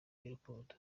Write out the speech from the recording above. y’urukundo